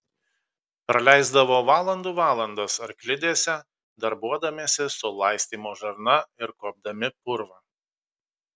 praleisdavo valandų valandas arklidėse darbuodamiesi su laistymo žarna ir kuopdami purvą